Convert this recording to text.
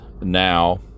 now